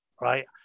Right